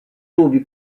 dubi